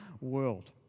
world